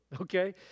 Okay